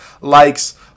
likes